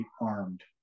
armed